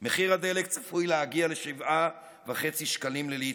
מחיר הדלק צפוי להגיע ל-7.5 שקלים לליטר,